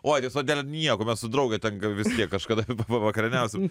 oi tiesa dėl nieko mes su drauge ten gal vis tiek kažkada va vakarieniausim